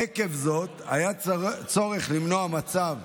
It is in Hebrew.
עקב זאת היה צורך למנוע מצב,